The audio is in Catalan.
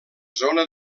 zona